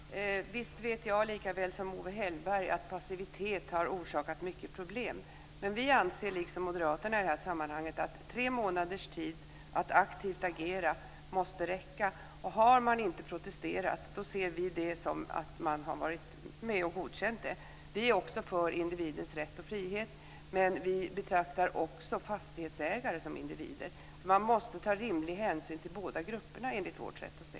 Herr talman! Visst vet jag likaväl som Owe Hellberg att passivitet har orsakat mycket problem. Vi anser, liksom Moderaterna i sammanhanget, att tre månaders tid att aktivt agera måste räcka. Har man inte protesterat ser vi det som ett godkännande. Vi är också för individens rätt och frihet, men vi betraktar också fastighetsägare som individer. Man måste ta rimlig hänsyn till båda grupperna enligt vårt sätt att se.